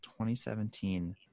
2017